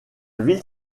ville